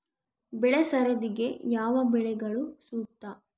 ಬೆಳೆ ಸರದಿಗೆ ಯಾವ ಬೆಳೆಗಳು ಸೂಕ್ತ?